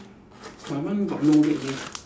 my one got no leg leh